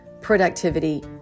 productivity